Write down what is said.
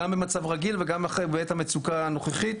גם במצב רגיל וגם בעת המצוקה הנוכחית